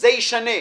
זה ישנה.